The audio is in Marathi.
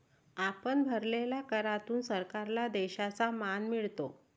आपण भरलेल्या करातून सरकारला देशाचा मान मिळतो